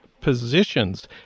positions